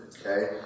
okay